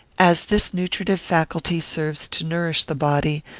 as this nutritive faculty serves to nourish the body,